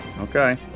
okay